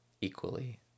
equally